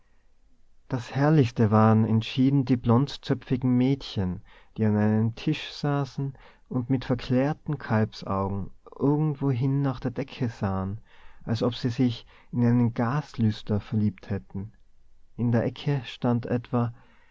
das herrlichste waren entschieden die blondzöpfigen mädchen die an einem tisch saßen und mit verklärten kalbsaugen irgendwohin nach der decke sahen als ob sie sich in den gaslüster verliebt hätten in der ecke stand etwa